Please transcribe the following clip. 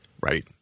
Right